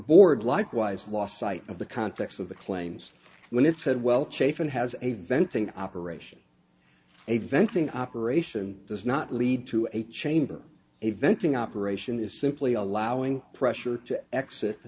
board likewise lost sight of the context of the claims when it said well chafing has a venting operation a venting operation does not lead to a chamber a venting operation is simply allowing pressure to exit